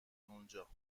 اونجا